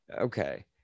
okay